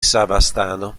savastano